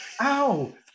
ow